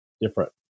different